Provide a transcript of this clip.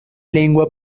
lengua